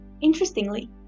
Interestingly